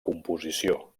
composició